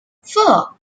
four